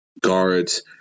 guards